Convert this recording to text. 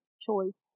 choice